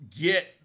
get